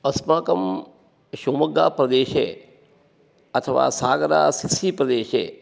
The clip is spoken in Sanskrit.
अस्माकं शिवमोग्गाप्रदेशे अथवा सागरासिसीप्रदेशे